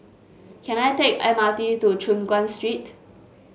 can I take the M R T to Choon Guan Street